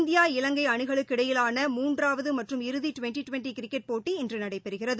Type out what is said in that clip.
India இலங்கை அணிகளுக்கிடையிலான மூன்றாவது மற்றும் இறுதி டிவென்டி டிவென்டி கிரிக்கெட் போட்டி இன்று நடைபெறுகிறது